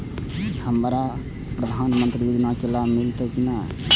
हमरा प्रधानमंत्री योजना के लाभ मिलते की ने?